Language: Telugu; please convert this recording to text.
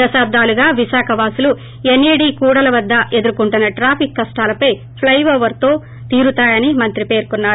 దశాబ్దలుగా విశాఖ వాసులు ఎన్ ఏ డి కూడలీ వద్ద ఎదుర్కొంటున్న ట్రాఫిక్ కష్టాలు ప్లె ఓవర్ తో తీరుతాయని మంత్రి పేర్కొన్నారు